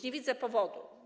Nie widzę powodu.